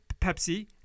Pepsi